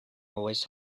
always